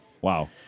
Wow